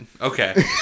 okay